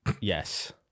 yes